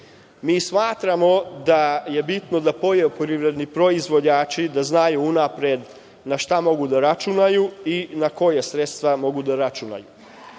Mi smatramo da je bitno da poljoprivredni proizvođači znaju unapred na šta mogu da računaju i na koja sredstva mogu da računaju.